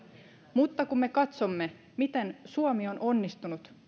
mutta kun me katsomme miten suomi on onnistunut